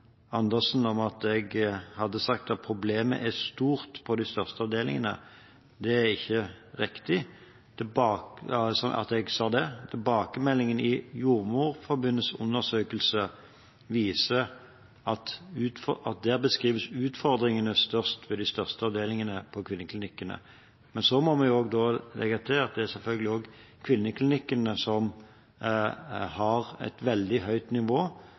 hadde sagt at problemet er stort på de største avdelingene: Det er ikke riktig at jeg sa det. I Jordmorforbundets undersøkelse beskrives det at utfordringene er størst ved de største avdelingene på kvinneklinikkene, men da må vi legge til at det selvfølgelig også er kvinneklinikkene som har et veldig høyt nivå